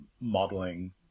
modeling